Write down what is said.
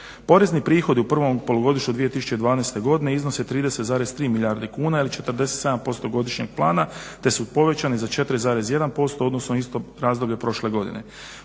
Porezni prihod u prvom polugodištu 2012.godine iznose 30,3 milijarde kuna ili 47% godišnjeg plana te su povećani za 4,1% u odnosu na isto razdoblje prošle godine.